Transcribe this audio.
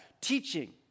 Teaching